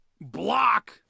block